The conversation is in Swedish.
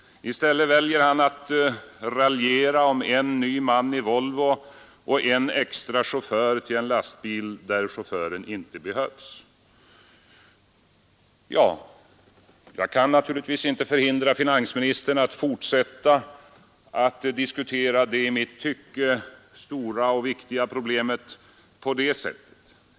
I stället väljer han att raljera om en ny man i Volvo och en extra chaufför till en lastbil där chauffören inte behövs. Jag kan naturligtvis inte hindra finansministern att fortsätta att diskutera det i mitt tycke stora och viktiga problemet på det sättet.